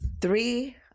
three